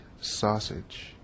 sausage